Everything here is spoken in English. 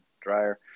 dryer